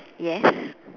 yes